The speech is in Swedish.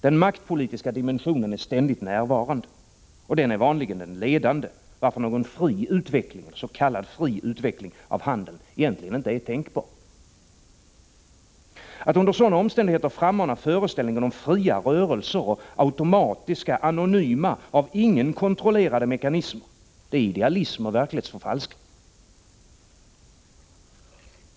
Den maktpolitiska dimensionen är ständigt närvarande. Och den är vanligen den ledande, varför någon s.k. fri utveckling av handeln egentligen inte är tänkbar. Att under sådana omständigheter frammana föreställningen om fria rörelser och automatiska, anonyma, av ingen kontrollerade mekanismer är idealism och verklighetsförfalskning.